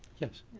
yes.